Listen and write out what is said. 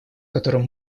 которым